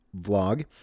vlog